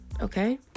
okay